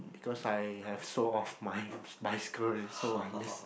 because I have sold off my bicycle already so I miss